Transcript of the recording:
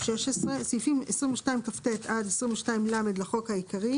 ביטול סעיפים16.סעיפים 22כט עד 22ל לחוק העיקרי